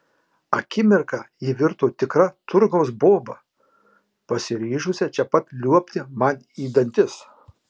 akimirką ji virto tikra turgaus boba pasiryžusia čia pat liuobti man į dantis